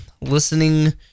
listening